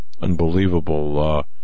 unbelievable